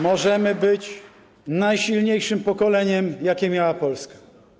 Możemy być najsilniejszym pokoleniem, jakie miała Polska.